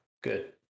Good